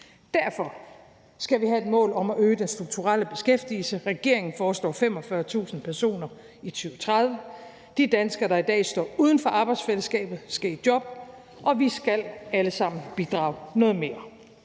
Derfor skal vi have et mål om at øge den strukturelle beskæftigelse. Regeringen foreslår 45.000 personer i 2030. De danskere, der i dag står uden for arbejdsfællesskabet, skal i job, og vi skal alle sammen bidrage noget mere.